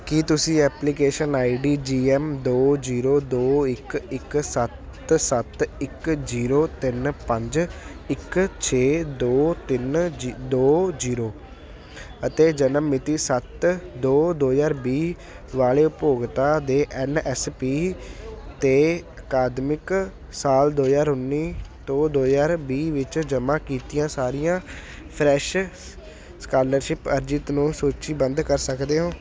ਕੀ ਤੁਸੀਂ application I D G M ਦੋ zero ਦੋ ਇੱਕ ਇੱਕ ਸੱਤ ਸੱਤ ਇੱਕ ਜ਼ੀਰੋ ਤਿੰਨ ਪੰਜ ਇੱਕ ਛੇ ਦੋ ਤਿੰਨ ਜ਼ੀ ਦੋ ਜ਼ੀਰੋ ਅਤੇ ਜਨਮ ਮਿਤੀ ਸੱਤ ਦੋ ਦੋ ਹਜ਼ਾਰ ਵੀਹ ਵਾਲੇ ਉਪਭੋਗਤਾ ਦੇ ਐਨ ਐਸ ਪੀ ਅਤੇ ਅਕਾਦਮਿਕ ਸਾਲ ਦੋ ਹਜ਼ਾਰ ਉੱਨੀ ਦੋ ਦੋ ਹਜ਼ਾਰ ਵੀਹ ਵਿੱਚ ਜਮ੍ਹਾਂ ਕੀਤੀਆਂ ਸਾਰੀਆਂ ਫਰੈਸ਼ ਸਕਾਲਰਸ਼ਿਪ ਅਰਜ਼ੀਆਂ ਨੂੰ ਸੂਚੀਬੱਧ ਕਰ ਸਕਦੇ ਹੋ